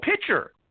pitcher